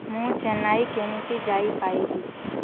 ମୁଁ ଚେନ୍ନାଇ କେମିତି ଯାଇ ପାଇବି